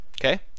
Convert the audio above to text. Okay